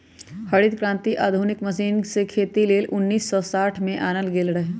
हरित क्रांति आधुनिक मशीन से खेती लेल उन्नीस सौ साठ में आनल गेल रहै